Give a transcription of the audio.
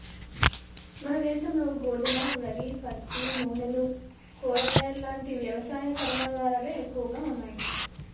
మనదేశంలో గోధుమ, వరి, పత్తి, నూనెలు, కూరగాయలాంటి వ్యవసాయ కర్మాగారాలే ఎక్కువగా ఉన్నాయి